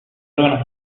órganos